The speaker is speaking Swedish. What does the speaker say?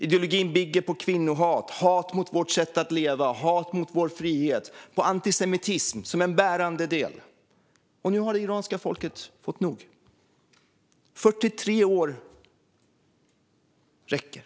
Ideologin bygger på kvinnohat, hat mot vårt sätt att leva och hat mot vår frihet och har antisemitism som en bärande del. Nu har det iranska folket fått nog. 43 år räcker.